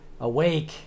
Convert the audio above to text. awake